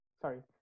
sorry